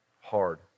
hard